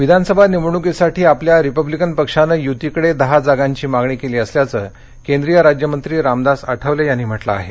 आठवले विधानसभा निवडणुकीसाठी आपल्या रिपब्लीकन पक्षानं युतीकडे दहा जगांची मागणी केली असल्याचं केंद्रीय राज्यमंत्री रामदास आठवले यांनी म्हटलं आहे